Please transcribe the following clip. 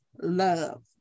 love